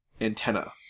antenna